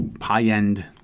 high-end